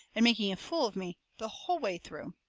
and making a fool of me, the whole way through.